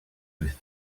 with